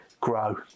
grow